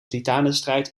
titanenstrijd